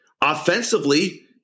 offensively